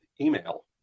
email